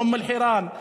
באום אל-חיראן,